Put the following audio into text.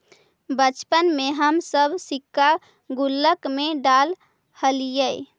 बचपन में हम सब सिक्का गुल्लक में डालऽ हलीअइ